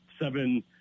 seven